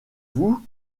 vous